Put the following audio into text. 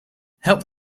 help